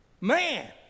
Man